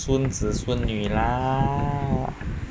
孙子孙女啦